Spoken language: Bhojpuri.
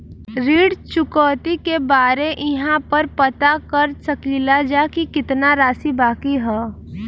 ऋण चुकौती के बारे इहाँ पर पता कर सकीला जा कि कितना राशि बाकी हैं?